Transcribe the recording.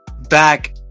back